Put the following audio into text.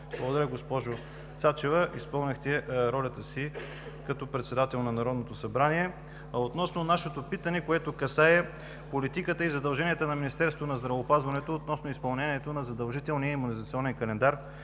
Благодаря, госпожо Цачева. Изпълнихте ролята си като председател на Народното събрание! Относно нашето питане, което касае политиката и задълженията на Министерството на здравеопазването за изпълнението на задължителния имунизационен календар